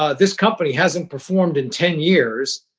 ah this company hasn't performed in ten years.